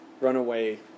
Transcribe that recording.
Runaway